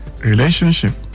relationship